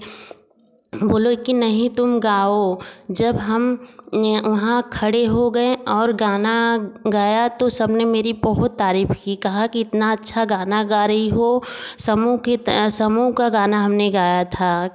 बोलें कि नहीं तुम गाओ जब हम वहाँ खड़े हो गए और गाना गाया तो सब ने मेरी बहुत तारीफ़ की कहा की इतना अच्छा गाना गा रही हो समूह की समूह का गाना हमने गाया था